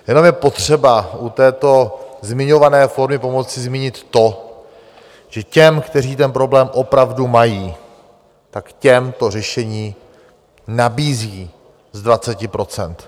Jenom je potřeba u této zmiňované formy pomoci zmínit to, že těm, kteří ten problém opravdu mají, tak těm to řešení nabízí z 20 %.